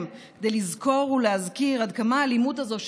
כדי לזכור ולהזכיר עד כמה האלימות הזאת,